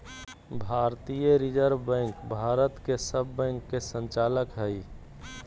भारतीय reserve bank Bharat के सब बैंक के संचालक हइ